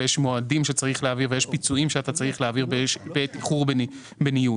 מועדים שצריך לעמוד להביא שצריך להעביר בעת איחור בניוד.